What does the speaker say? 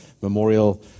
memorial